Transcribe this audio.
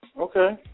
Okay